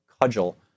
cudgel